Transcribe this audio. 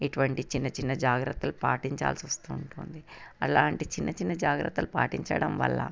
ఇటువంటి చిన్న చిన్న జాగ్రత్తలు పాటించాల్సి వస్తుంటుంది అలాంటి చిన్న చిన్న జాగ్రత్తలు పాటించడం వల్ల